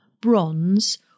bronze